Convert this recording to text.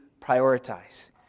prioritize